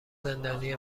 زندانی